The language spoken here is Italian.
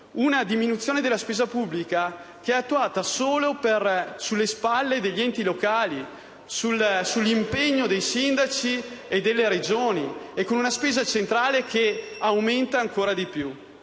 La diminuzione della spesa pubblica è attuata solo sulle spalle degli enti locali e sull'impegno dei sindaci e delle Regioni e con una spesa centrale che aumenta ancora di più.